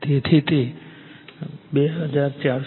તેથી તે 2478